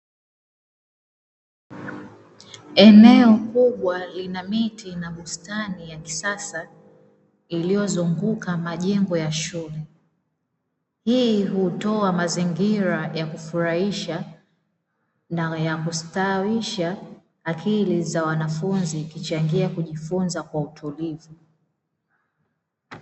Eneo kubwa lina miti na bustani ya kisasa iliyozunguka majengo ya shule, hii hutoa mazingira ya kufurahisha na ya kustawisha akili za wanafunzi na kuchangia kujifunza kwa utulivu.